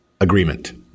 agreement